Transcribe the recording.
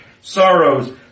sorrows